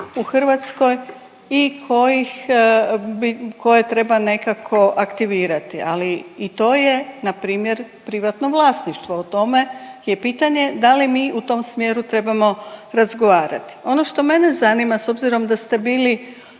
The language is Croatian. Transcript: u Hrvatskoj i koje treba nekako aktivirati, ali i to je na primjer privatno vlasništvo, o tome je pitanje da li mi u tom smjeru trebamo razgovarati. Ono što mene zanima s obzirom da ste bili